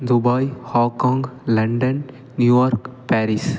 Dubai Hong Kong London New York Paris